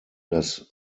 das